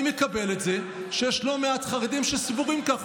אני מקבל את זה שיש לא מעט חרדים שסבורים ככה,